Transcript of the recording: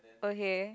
okay